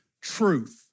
truth